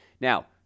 Now